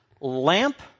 lamp